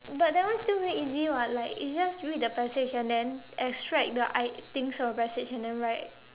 but that one still very easy [what] like it's just read the passage and then extract the i~ things from the passage and then write